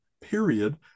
period